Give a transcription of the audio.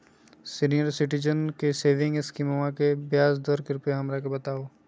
senior citizen के saving स्कीमवा के ब्याज दर कृपया हमरा बताहो